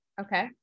Okay